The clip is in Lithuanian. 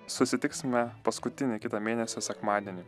susitiksime paskutinį kitą mėnesio sekmadienį